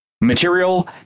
material